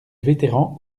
vétéran